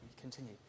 continue